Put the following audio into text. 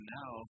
now